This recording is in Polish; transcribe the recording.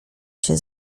się